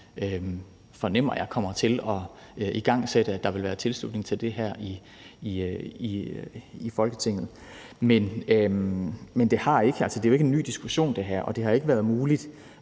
fornemmer jeg, kommer til at igangsætte, hvis der er tilslutning til det her i Folketinget. Men det her er jo ikke en ny diskussion, og det har ikke været muligt